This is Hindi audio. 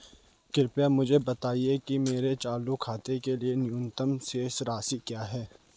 कृपया मुझे बताएं कि मेरे चालू खाते के लिए न्यूनतम शेष राशि क्या है?